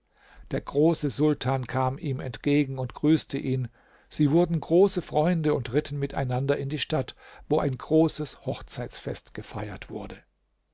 der große sultan kam ihm entgegen und grüßte ihn sie wurden große freunde und ritten miteinander in die stadt wo ein großes hochzeitsfest gefeiert wurde